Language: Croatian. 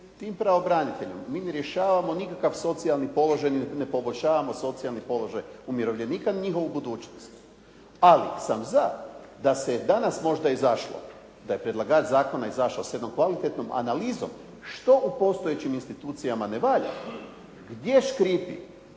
Tim pravobraniteljem mi ne rješavamo nikakav socijalni položaj, ni ne poboljšavamo socijalni položaj umirovljenika, ni njihovu budućnost. Ali sam za da se danas možda izašlo, da je predlagač zakona izašao sa jednom kvalitetnom analizom što u postojećim institucijama ne valja i gdje škripi,